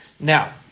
Now